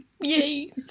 Yay